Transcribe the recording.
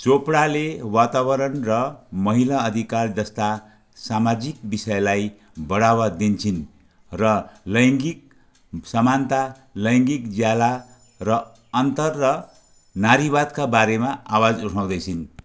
चोपडाले वातावरण र महिला अधिकार जस्ता सामाजिक विषयलाई बढावा दिन्छिन् र लैङ्गिक समानता लैङ्गिक ज्याला र अन्तर र नारीवादका बारेमा आवाज उठाउँदैछिन्